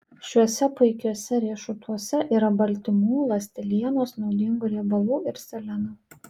šiuose puikiuose riešutuose yra baltymų ląstelienos naudingų riebalų ir seleno